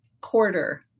quarter